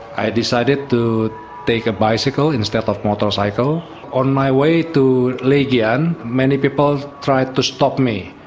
i decided to take a bicycle instead of motorcycle. on my way to legian many people tried to stop me,